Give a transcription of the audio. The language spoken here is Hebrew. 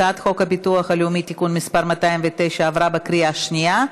הצעת חוק הביטוח הלאומי (תיקון מס' 209) עברה בקריאה שנייה.